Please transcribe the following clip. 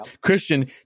christian